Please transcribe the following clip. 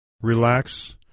relax